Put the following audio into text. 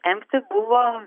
empti buvo